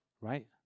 right